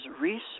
research